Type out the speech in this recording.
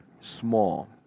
small